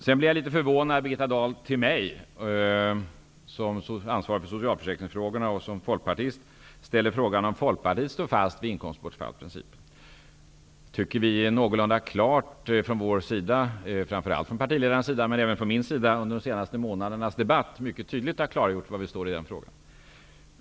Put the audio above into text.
Jag blev litet förvånad när Birgitta Dahl till mig som ansvarig för socialförsäkringsfrågorna och som folkpartist ställde frågan om Folkpartiet står fast vid inkomstbortfallsprincipen. Jag tycker att vi från vår sida någorlunda klart, framför allt från partiledarens sida men även från min sida, under de senaste månadernas debatt, mycket tydligt har klargjort var vi står i den frågan.